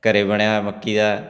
ਘਰੇ ਬਣਿਆ ਮੱਕੀ ਦਾ